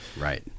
right